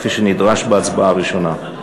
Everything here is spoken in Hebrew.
כפי שנדרש בהצבעה הראשונה.